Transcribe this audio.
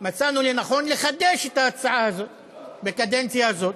מצאנו לנכון לחדש את ההצעה הזאת בקדנציה הזאת,